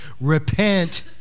repent